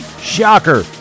Shocker